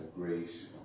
grace